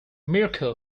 mirco